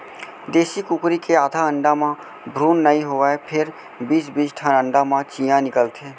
देसी कुकरी के आधा अंडा म भ्रून नइ होवय फेर बीस बीस ठन अंडा म चियॉं निकलथे